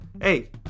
Hey